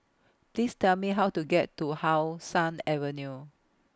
Please Tell Me How to get to How Sun Avenue